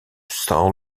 soul